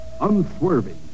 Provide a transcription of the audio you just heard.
unswerving